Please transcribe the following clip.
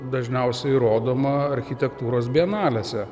dažniausiai rodoma architektūros bienalėse